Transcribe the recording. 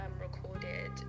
recorded